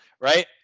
right